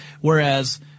whereas